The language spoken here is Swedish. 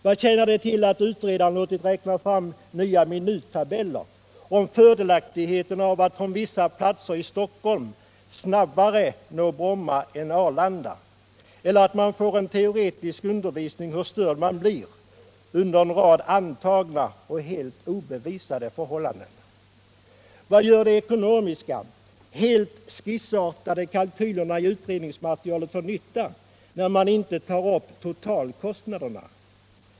Vad tjänar det till att utredaren låtit räkna fram nya minuttabeller om fördelaktigheten av att från vissa platser i Stockholm snabbare nå Bromma än Arlanda eller att man får en teoretisk undervisning om hur störd man blir under antagna och helt obevisade förhållanden? Vad gör de ekonomiska, helt skissartade kalkylerna för nytta när man inte tar upp totalkostnaderna?